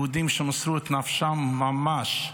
על יהודים שמסרו את נפשם ממש,